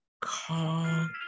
call